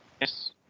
yes